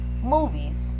movies